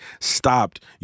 stopped